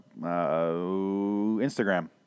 Instagram